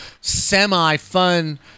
semi-fun